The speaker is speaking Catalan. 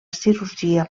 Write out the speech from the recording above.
cirurgia